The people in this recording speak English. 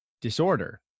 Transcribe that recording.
disorder